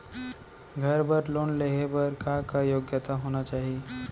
घर बर लोन लेहे बर का का योग्यता होना चाही?